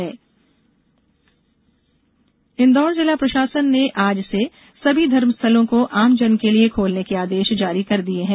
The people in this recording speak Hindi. धर्मस्थल प्रवेश इंदौर जिला प्रषासन ने आज से सभी धर्मस्थलों को आमजन के लिए खोलने के आदेष जारी कर दिए हैं